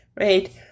right